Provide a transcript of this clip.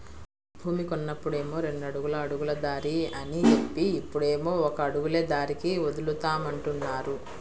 భూమి కొన్నప్పుడేమో రెండడుగుల అడుగుల దారి అని జెప్పి, ఇప్పుడేమో ఒక అడుగులే దారికి వదులుతామంటున్నారు